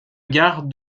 gare